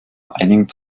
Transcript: einigen